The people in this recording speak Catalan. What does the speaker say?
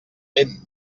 lent